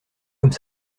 comme